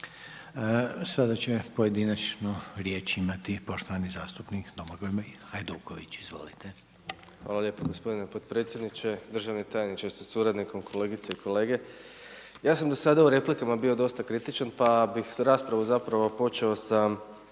Sada će pojedinačno riječ imat poštovani zastupnik Domagoj Hajduković. Izvolite. **Hajduković, Domagoj (SDP)** Hvala lijepo gospodine potpredsjedniče. Državni tajniče sa suradnikom, kolegice i kolege. Ja sam do sada u replikama bio dosta kritičan pa bih raspravu zapravo počeo sa